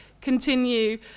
continue